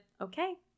okay